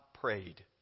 prayed